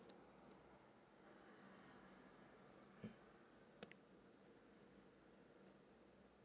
mm